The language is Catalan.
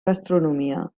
gastronomia